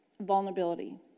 vulnerability